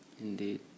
Indeed